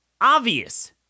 obvious